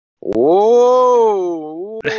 Whoa